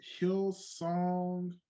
Hillsong